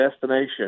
destination